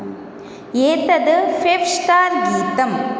एतत् fave star गीतम्